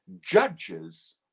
judges